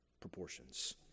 proportions